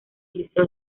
liceo